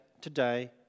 today